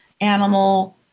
animal